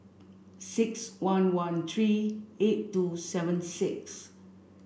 six one one three eight two seven six